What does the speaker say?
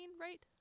right